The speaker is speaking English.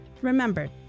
remember